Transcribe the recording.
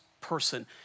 person